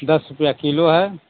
दस रुपया किलो है